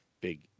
Big